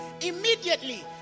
immediately